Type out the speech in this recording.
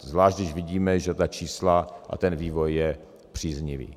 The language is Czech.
Zvlášť když vidíme, že ta čísla a ten vývoj je příznivý.